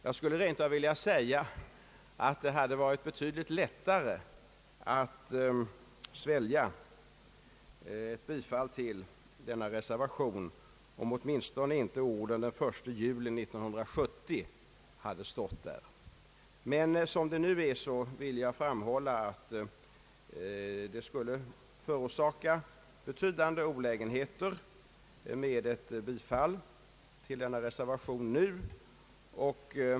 Jag skulle rentav vilja säga att det hade varit betydligt lättare att svälja ett bifall till denna reservation, om åtminstone inte orden »den 1 juli 1970» hade stått där. Men som det nu förhåller sig vill jag framhålla att ett bifall till denna reservation nu skulle förorsaka betydande olägenheter.